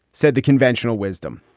said the conventional wisdom,